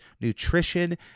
nutrition